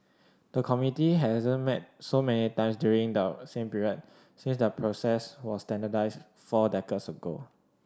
the committee hasn't met so many times during the same period since the process was standardised four decades ago